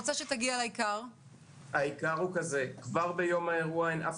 העיקר הוא כזה: כבר ביום האירוע אין אף